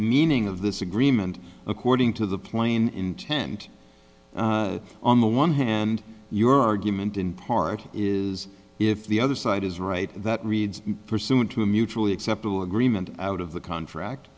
meaning of this agreement according to the plain intent on the one hand your argument in part is if the other side is right that reads pursuant to a mutually acceptable agreement out of the contract